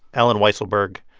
allen weisselberg.